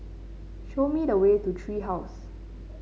show me the way to Tree House